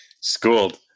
Schooled